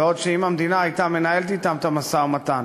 בעוד שאם המדינה הייתה מנהלת אתם את המשא-ומתן,